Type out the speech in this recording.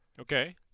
Okay